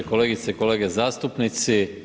Kolegice i kolege zastupnici.